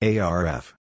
ARF